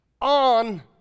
on